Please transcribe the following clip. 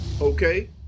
Okay